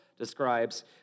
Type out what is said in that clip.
describes